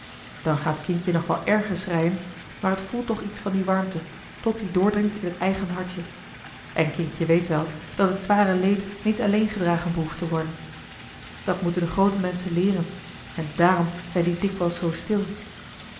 dan gaat kindje nog wel erger schreien maar het voelt toch iets van die warmte tot die doordringt in het eigen hartje en kindje weet wel dat het zware leed niet alleen gedragen behoeft te worden dat moeten de groote menschen leeren en daarom zijn die dikwijls zoo stil